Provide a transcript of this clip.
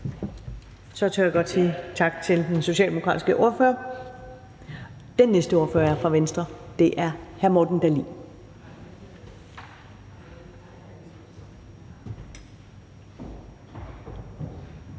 Så kan jeg sige tak til den socialdemokratiske ordfører. Den næste ordfører er fra Venstre, og det er hr. Morten Dahlin.